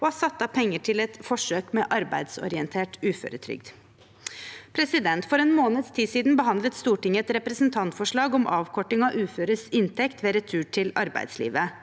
vi har satt av penger til et forsøk med arbeidsorientert uføretrygd. For en måneds tid siden behandlet Stortinget et representantforslag om avkorting av uføres inntekt ved retur til arbeidslivet.